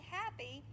happy